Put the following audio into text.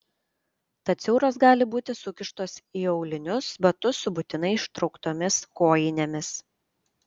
tad siauros gali būti sukištos į aulinius batus su būtinai ištrauktomis kojinėmis